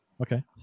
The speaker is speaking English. Okay